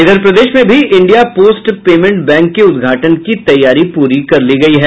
इधर प्रदेश में भी इंडिया पोस्ट पेमेंट बैंक के उद्घाटन की तैयारी पूरी कर ली गयी है